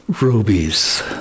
rubies